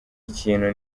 ikintu